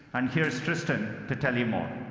and here's trystan to tell you more.